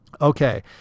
Okay